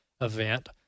event